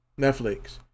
Netflix